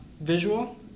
visual